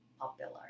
popular